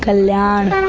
ah land